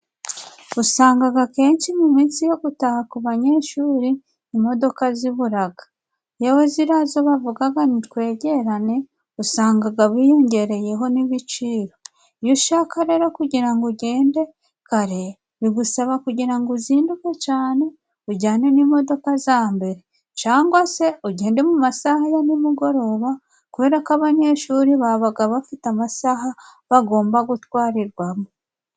Usangaga kenshi mu minsi yo gutaha ku banyeshuri, imodoka ziburaga yewe ziriya zo bavugaga ni Twegerane usangaga biyongereyeho n'ibiciro, iyo ushaka rero kugira ngo ugende kare bigusaba kugira ngo uzinduke cane, ujyane n'imodoka za mbere cangwa se ugende mu masaha ya nimugoroba, kubera ko abanyeshuri babaga bafite amasaha bagomba gutwarirwamo.